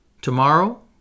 Tomorrow